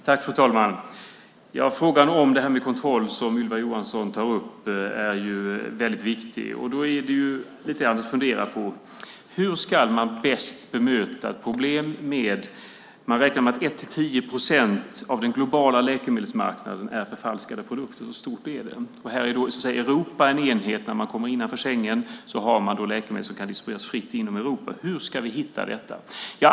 Fru talman! Den fråga om kontroll som Ylva Johansson tar upp är väldigt viktig. Då kan man fundera på hur man bäst ska bemöta det problemet. Man räknar med att 1-10 procent av den globala läkemedelsmarknaden består av förfalskade produkter. Så stort är det. Europa är en enhet. När man kommer innanför Schengen kan läkemedel distribueras fritt inom Europa. Hur ska vi hitta dessa?